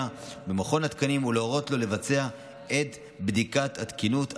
במכון התקנים ולהורות לו לבצע את בדיקת התקינות.